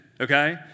okay